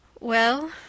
Well